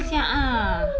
sia ah